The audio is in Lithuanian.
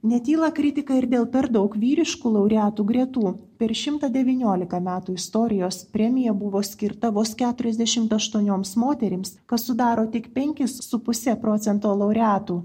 netyla kritika ir dėl per daug vyriškų laureatų gretų per šimtą devyniolika metų istorijos premija buvo skirta vos keturiasdešimt aštuonioms moterims kas sudaro tik penkis su puse procento laureatų